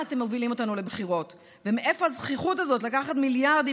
אתם מובילים אותנו לבחירות ומאיפה הזחיחות הזאת לקחת מיליארדים